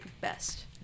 best